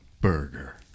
burger